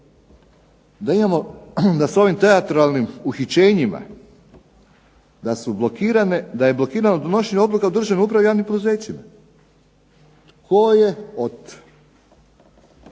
dobro da s ovim teatralnim uhićenjima da je blokirano donošenje odluka u državnoj upravi i javnim poduzećima. Tko je od